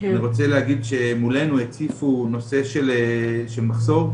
אני רוצה להגיד שמולנו הציפו נושא של מחסור,